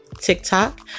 TikTok